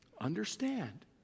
Understand